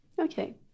Okay